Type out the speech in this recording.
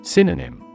Synonym